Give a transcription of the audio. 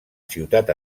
ciutat